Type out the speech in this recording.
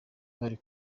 bari